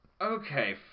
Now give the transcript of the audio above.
Okay